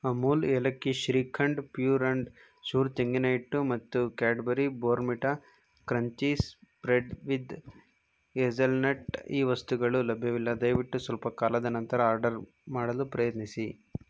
ಅಮುಲ್ ಏಲಕ್ಕಿ shrikhand pure and sure ತೆಂಗಿನ ಹಿಟ್ಟು ಮತ್ತು Cadbury Bournvita crunchy spread with hazelnut ಈ ವಸ್ತುಗಳು ಲಭ್ಯವಿಲ್ಲ ದಯವಿಟ್ಟು ಸ್ವಲ್ಪ ಕಾಲದ ನಂತರ ಆರ್ಡರ್ ಮಾಡಲು ಪ್ರಯತ್ನಿಸಿ